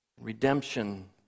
redemption